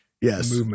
Yes